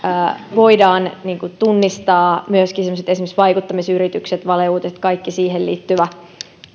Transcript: voidaan tunnistaa myöskin esimerkiksi semmoiset vaikuttamisyritykset valeuutiset kaikki siihen liittyvä